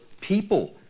people